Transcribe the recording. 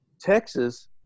Texas